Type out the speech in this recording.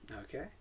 Okay